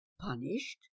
Punished